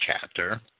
chapter